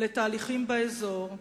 לתהליכים באזור,